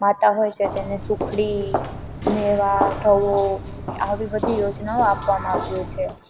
માતા હોય છે તેને સુખડી મેવા રવો આવી બધી યોજનાઓ આપવામાં આવતી હોય છે